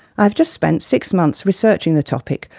i've just spent six months researching the topic,